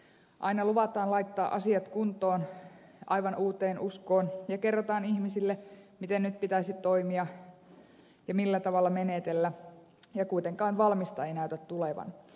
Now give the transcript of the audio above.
aina luvataan laittaa asiat kuntoon aivan uuteen uskoon ja kerrotaan ihmisille miten nyt pitäisi toimia ja millä tavalla menetellä ja kuitenkaan valmista ei näytä tulevan